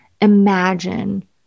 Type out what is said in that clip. imagine